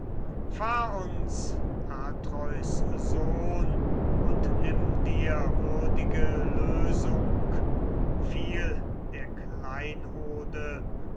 uns atreus sohn und nimm dir würdige lösung viel der kleinode